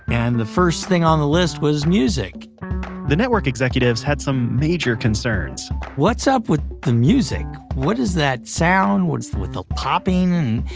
and the first thing on the list was music the network executives had some major concerns what's up with the music? what is that sound? what's with the popping?